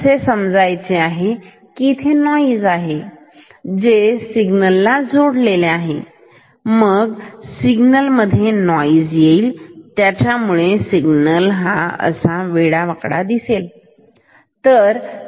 परंतु आता समजा इथे ही काही नॉइज आहे जे सिग्नल ला जोडलेले आहे मग सिग्नल मध्ये नॉइज येईल त्यामुळे सिग्नल असा दिसेल